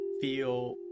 feel